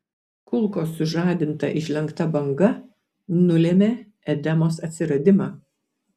kulkos sužadinta išlenkta banga nulėmė edemos atsiradimą